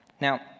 Now